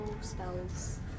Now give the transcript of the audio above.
spells